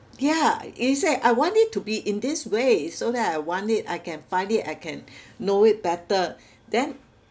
yeah he say I want it to be in this way so that I want it I can finally I can know it better then